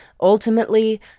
Ultimately